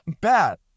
bad